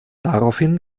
daraufhin